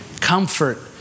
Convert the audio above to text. comfort